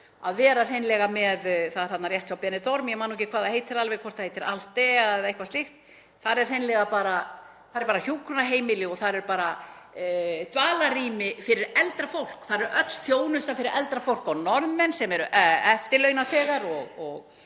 að vera hreinlega með — það er þarna rétt hjá Benidorm, ég man ekki hvað það heitir, hvort það heitir Altea eða eitthvað slíkt — þar er hreinlega hjúkrunarheimili. Þar eru bara dvalarrými fyrir eldra fólk. Þar er öll þjónusta fyrir eldra fólk og Norðmenn sem eru eftirlaunaþegar og